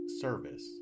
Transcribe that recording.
service